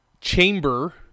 chamber